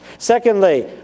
Secondly